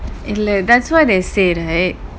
இல்ல:illa that's what they say right